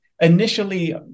Initially